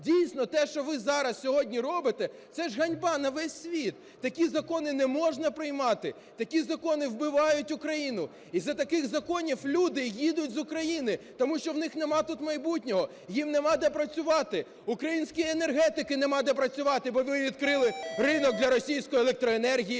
дійсно, те, що ви зараз сьогодні робите, це ж ганьба на весь світ. Такі закони не можна приймати, такі закони вбивають Україну. З-за таких законів люди їдуть з України, тому що в них немає тут майбутнього, їм немає де працювати; українській енергетиці немає де працювати, бо ви відкрили ринок для російської електроенергії;